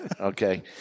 okay